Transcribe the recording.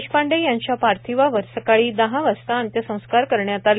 देशपांडे यांच्या पार्थिवावर सकाळी दहा वाजता अंत्यसंस्कार करण्यात आले